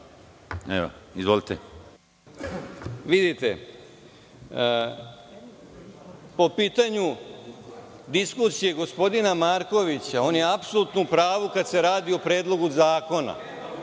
Miković** Vidite, po pitanju diskusije gospodina Markovića, on je apsolutno u pravu kada se radi o Predlogu zakona.